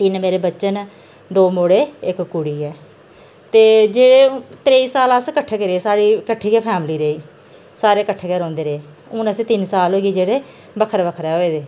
तिन्न मेरे बच्चे न दो मुड़े इक कुड़ी ऐ ते जेह्ड़े त्रेई साल अस कट्ठे गै रेह् अस साढ़ी कट्ठी गै फैमली रेही सारे कट्ठे गै रौंह्दे रेह् हून अस तिन्न साल होई गे जेह्ड़े बक्खरे बक्खरे होए दे